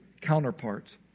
counterparts